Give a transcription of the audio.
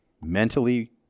mentally